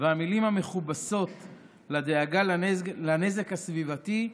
והמילים המכובסות לדאגה לנזק הסביבתי,